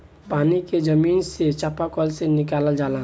पानी के जमीन से चपाकल से निकालल जाला